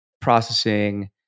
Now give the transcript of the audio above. processing